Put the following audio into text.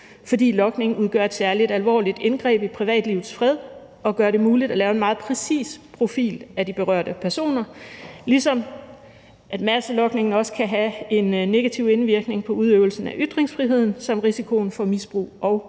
fordi logningen udgør et særlig alvorligt indgreb i privatlivets fred og gør det muligt at lave en meget præcis profil af de berørte personer, ligesom masselogningen også kan have en negativ indvirkning på udøvelsen af ytringsfriheden samt udgøre en risiko for misbrug og